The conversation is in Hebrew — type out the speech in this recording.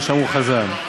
והוא מה שאמרו חז"ל: